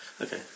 Okay